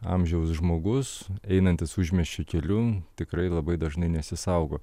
amžiaus žmogus einantis užmiesčio keliu tikrai labai dažnai nesisaugo